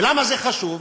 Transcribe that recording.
ולמה זה חשוב?